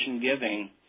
giving